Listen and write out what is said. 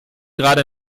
gerade